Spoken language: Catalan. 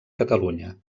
catalunya